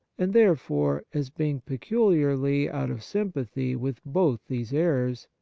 and therefore, as being peculiarly out of sympathy with both these errors,